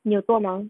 你有多忙